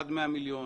עד 100 מיליון,